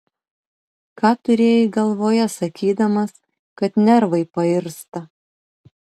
ką turėjai galvoje sakydamas kad nervai pairsta